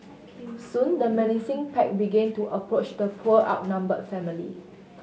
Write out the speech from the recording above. soon the menacing pack began to approach the poor outnumbered family